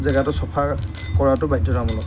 জেগাটো চফা কৰাটো বাধ্যতামূলক